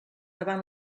davant